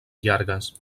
llargues